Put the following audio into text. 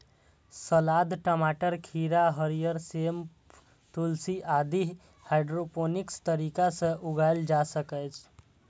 सलाद, टमाटर, खीरा, हरियर सेम, तुलसी आदि हाइड्रोपोनिक्स तरीका सं उगाएल जा सकैए